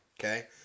Okay